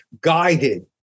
guided